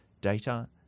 Data